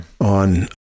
on